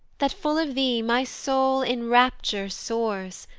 that, full of thee, my soul in rapture soars,